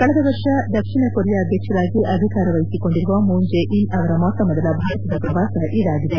ಕಳೆದ ವರ್ಷ ದಕ್ಷಿಣ ಕೊರಿಯಾ ಅಧ್ಯಕ್ಷರಾಗಿ ಅಧಿಕಾರ ವಹಿಸಿಕೊಂಡಿರುವ ಮೂನ್ ಜೆ ಇನ್ ಅವರ ಮೊಟ್ಟ ಮೊದಲ ಭಾರತದ ಪ್ರವಾಸ ಇದಾಗಿದೆ